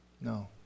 no